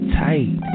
tight